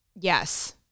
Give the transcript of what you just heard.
Yes